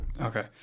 Okay